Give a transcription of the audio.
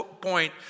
point